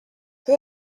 peu